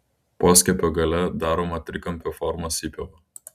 poskiepio gale daroma trikampio formos įpjova